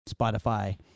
Spotify